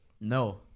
No